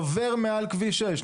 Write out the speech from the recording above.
עובר מעל כביש 6,